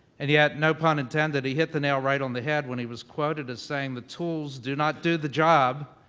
and yet, no pun intended, he hit the nail right on the head when he was quoted as saying, the tools do not do the job.